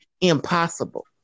impossible